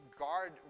guard